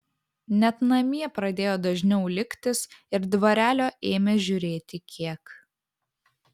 net namie pradėjo dažniau liktis ir dvarelio ėmė žiūrėti kiek